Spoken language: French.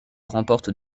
remporte